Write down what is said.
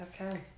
Okay